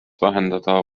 vähendada